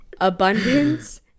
abundance